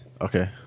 Okay